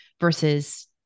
versus